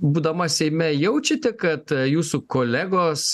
būdama seime jaučiate kad jūsų kolegos